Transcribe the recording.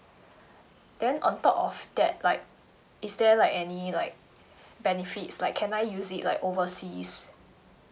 then on top of that like is there like any like benefits like can I use it like overseas